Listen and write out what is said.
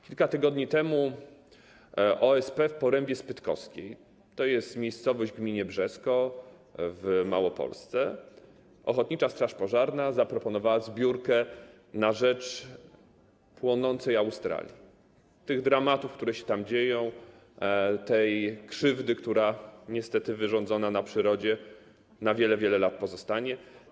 Kilka tygodni temu OSP w Porębie Spytkowskiej - to jest miejscowość w gminie Brzesko, w Małopolsce - ochotnicza straż pożarna zaproponowała zbiórkę na rzecz płonącej Australii, tych dramatów, które się tam dzieją, tej krzywdy, która niestety wyrządzona na przyrodzie na wiele, wiele lat pozostanie.